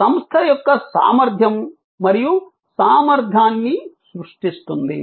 సంస్థ యొక్క సామర్ధ్యం మరియు సామర్థ్యాన్ని సృష్టిస్తుంది